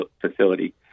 Facility